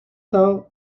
though